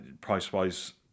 price-wise